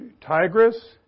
Tigris